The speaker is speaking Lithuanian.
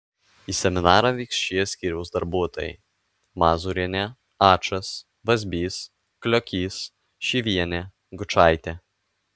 į seminarą vyks šie skyriaus darbuotojai mazūrienė ačas vazbys kliokys šyvienė gučaitė